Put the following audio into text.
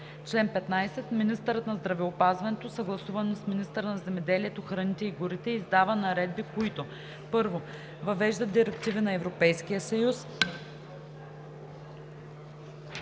„Чл. 15. Министърът на здравеопазването, съгласувано с министъра на земеделието, храните и горите, издава наредби, които: 1. въвеждат следните директиви на Европейския съюз: